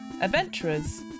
adventurers